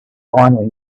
finally